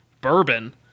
bourbon